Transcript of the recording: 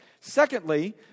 Secondly